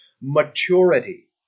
Maturity